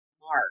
mark